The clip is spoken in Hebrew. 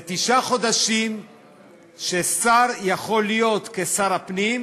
זה תשעה חודשים ששר יכול להיות שר הפנים,